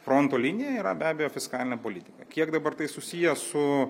fronto linija yra be abejo fiskalinė politika kiek dabar tai susiję su